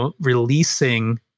releasing